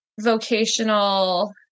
vocational